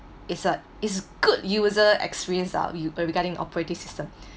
is a is good user experience ah re~ regarding operating system